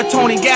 Tony